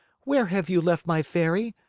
where have you left my fairy?